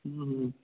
हूँ हूँ